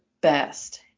best